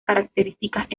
características